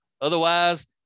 Otherwise